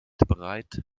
bereit